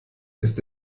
ist